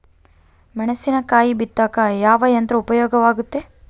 ಮೆಣಸಿನಕಾಯಿ ಬಿತ್ತಾಕ ಯಾವ ಯಂತ್ರ ಉಪಯೋಗವಾಗುತ್ತೆ?